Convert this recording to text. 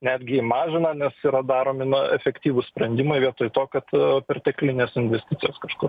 netgi jį mažina nes yra daromi na efektyvūs sprendimai vietoj to kad perteklinės investicijos kažkur